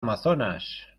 amazonas